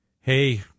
Hey